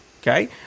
Okay